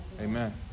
Amen